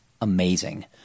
amazing